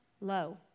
low